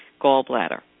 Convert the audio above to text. gallbladder